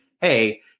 Hey